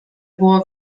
było